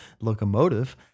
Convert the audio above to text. Locomotive